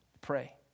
pray